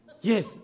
Yes